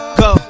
go